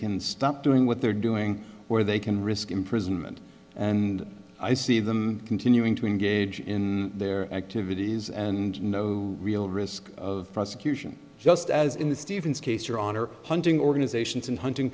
can stop doing what they're doing or they can risk imprisonment and i see them continuing to engage in their activities and no real risk of prosecution just as in the stevens case your honor hunting organizations and hunting